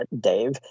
Dave